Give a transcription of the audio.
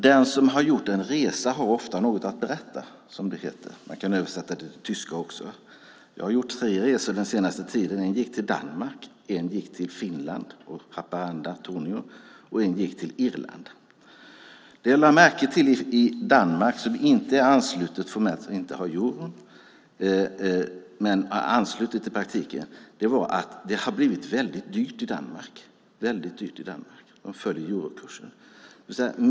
Den som har gjort en resa har ofta något att berätta, heter det. Man kan också översätta det till tyska. Jag har gjort tre resor den senaste tiden. En gick till Danmark, en till Haparanda-Torneå, och en till Irland. Det jag lade märke till i Danmark, som formellt inte har euro men i praktiken är anslutet till den, var att det blivit dyrt i Danmark. De följer eurokursen.